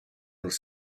was